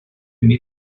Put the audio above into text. мій